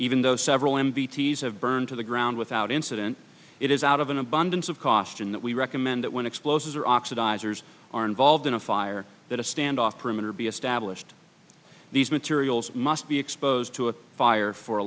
even though several m b ts have burned to the ground without incident it is out of an abundance of caution that we recommend that when explosives are oxidizers are involved in a fire that a stand off perimeter be established these materials must be exposed to a fire for a